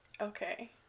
Okay